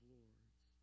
lords